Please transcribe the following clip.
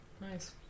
Nice